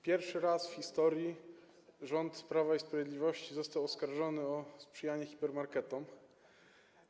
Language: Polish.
Pierwszy raz w historii rząd Prawa i Sprawiedliwości został oskarżony o sprzyjanie hipermarketom.